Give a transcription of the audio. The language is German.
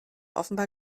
offenbar